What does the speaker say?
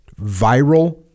viral